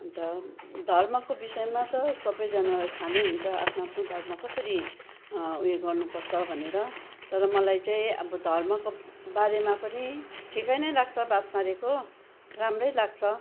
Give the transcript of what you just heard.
अन्त धर्मको विषयमा त सबैजनालाई थाहा नै हुन्छ आफ्नो आफ्नो धर्म कसरी उयो गर्नुपर्छ भनेर तर मलाई चाहिँ अब धर्मको बारेमा पनि ठिकै नै लाग्छ बात मारेको राम्रै लाग्छ